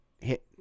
hit